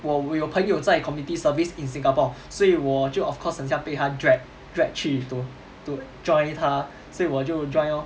我我有朋友在 community service in singapore 所以我就 of course 很像被他 drag drag 去 to to join 他所以我就 join lor